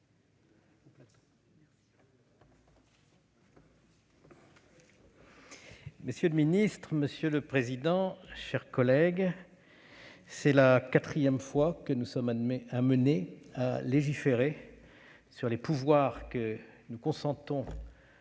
monsieur le ministre, mes chers collègues, c'est la quatrième fois que nous sommes amenés à légiférer sur les pouvoirs que nous consentons au